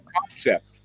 concept